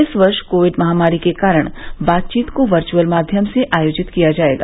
इस वर्ष कोविड महामारी के कारण बातचीत को वर्ष्अल माध्यम से आयोजित किया जाएगा